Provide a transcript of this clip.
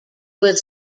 was